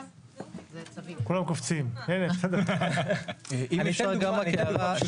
אם אפשר גם רק הערה.